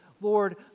Lord